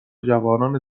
جوانان